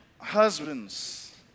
husbands